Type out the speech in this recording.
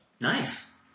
Nice